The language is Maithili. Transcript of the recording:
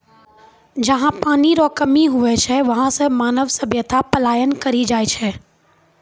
जहा पनी रो कमी हुवै छै वहां से मानव सभ्यता पलायन करी जाय छै